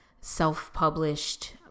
self-published